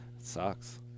sucks